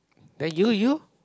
then you you